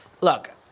Look